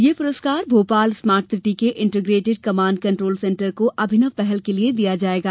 यह पुरस्कार Bhopal smart city के इन्टिग्रेटेड कमांड कंट्रोल सेंटर को अभिनव पहल के लिए दिया जाएगा